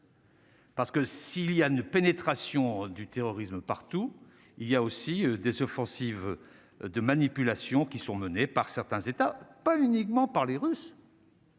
Parce que s'il y a une pénétration du terrorisme partout, il y a aussi des offensives de manipulation qui sont menées par certains États. Pas uniquement par les Russes.